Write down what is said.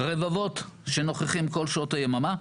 רבבות של נוכחים כל שעות היממה.